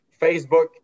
facebook